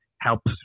helps